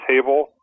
table